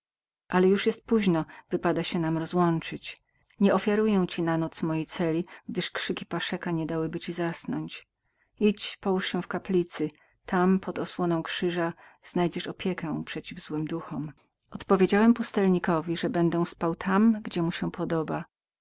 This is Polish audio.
ale już jest późno wypada się nam rozłączyć nie ofiaruję ci na noc mojej celi gdyż krzyki paszeka niedałyby ci zasnąć idź połóż się w kaplicy tam pod zasłoną krzyża znajdziesz opiekę przeciw złym duchom odpowiedziałem pustelnikowi że będę spał tam gdzie mu się podoba